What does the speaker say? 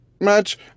match